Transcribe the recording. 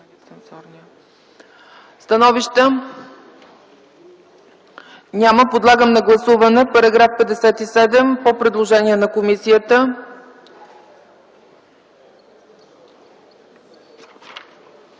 Становища? Няма. Подлагам на гласуване § 57 по предложение на комисията.